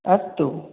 अस्तु